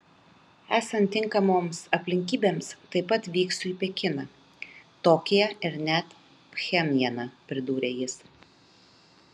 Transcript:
esant tinkamoms aplinkybėms taip pat vyksiu į pekiną tokiją ir net pchenjaną pridūrė jis